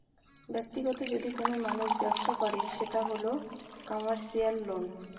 ব্যাক্তিগত যদি কোনো মানুষ ব্যবসা করে সেটা হল কমার্সিয়াল লোন